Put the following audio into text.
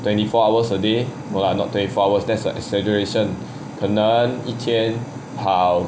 twenty four hours a day no lah not twenty four hours a day that's a exaggeration 可能一天跑